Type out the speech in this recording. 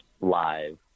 live